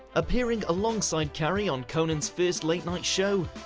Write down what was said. appearing alongside carrey on conan's first late night show,